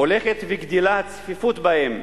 הולכת וגדלה הצפיפות בהם.